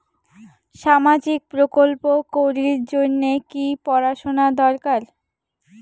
সামাজিক প্রকল্প করির জন্যে কি পড়াশুনা দরকার?